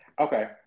Okay